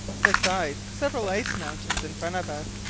besides, several ice-mountains, in front of us,